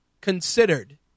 considered